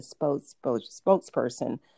spokesperson